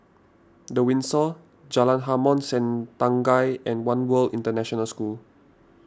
the Windsor Jalan Harom Setangkai and one World International School